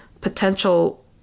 potential